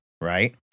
right